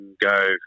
go